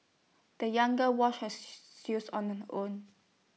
the young girl washed her shoes on her own